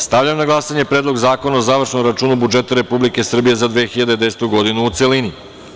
Stavljam na glasanje Predlog zakona o završnom računu budžeta Republike Srbije za 2010. godinu, u celini.